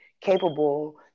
capable